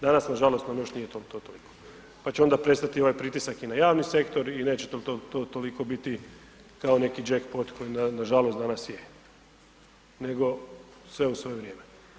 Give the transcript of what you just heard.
Danas nažalost nam još nije to toliko, pa će onda prestati i ovaj pritisak i na javni sektor i neće to toliko biti kao neki jackpot koji nažalost danas je, nego sve u svoje vrijeme.